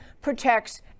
protects